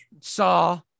saw